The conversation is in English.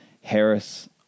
Harris